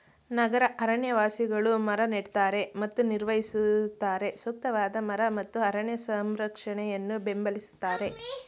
ನಗರ ಅರಣ್ಯವಾಸಿಗಳು ಮರ ನೆಡ್ತಾರೆ ಮತ್ತು ನಿರ್ವಹಿಸುತ್ತಾರೆ ಸೂಕ್ತವಾದ ಮರ ಮತ್ತು ಅರಣ್ಯ ಸಂರಕ್ಷಣೆಯನ್ನು ಬೆಂಬಲಿಸ್ತಾರೆ